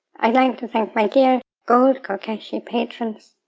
i'd like to thank my dear gold kokeshi patrons,